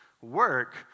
work